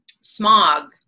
smog